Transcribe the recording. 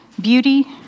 beauty